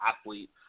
athlete